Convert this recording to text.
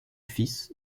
fils